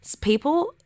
People